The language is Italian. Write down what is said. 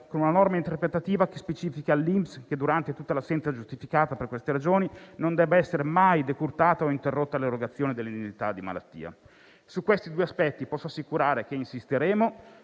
con una norma interpretativa, che specifichi all'INPS che durante tutta l'assenza giustificata per queste ragioni non debba essere mai decurtata o interrotta l'erogazione dell'indennità di malattia. Su questi due aspetti, posso assicurare che insisteremo